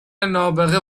نابغه